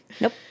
Nope